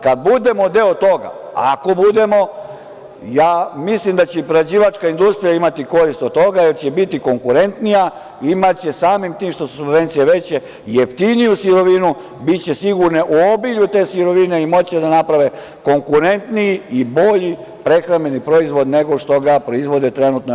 Kad budemo deo toga, ako budemo, ja mislim da će i prerađivačka industrija imati korist toga, jer će biti konkurentnija, imaće, samim tim što su subvencije veće, jeftiniju sirovinu, biće sigurne u obilju te sirovine i moći će da naprave konkurentniji i bolji prehrambeni proizvod nego što ga proizvode trenutno u EU.